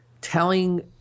telling